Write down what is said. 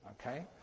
okay